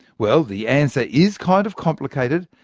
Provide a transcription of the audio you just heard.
well, the answer is kind of complicated,